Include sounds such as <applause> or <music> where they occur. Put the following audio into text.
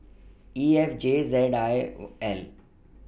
E F J Z <unintelligible> L